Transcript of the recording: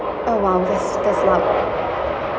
oh !wow! that's that's loud